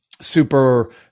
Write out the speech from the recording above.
super